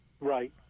Right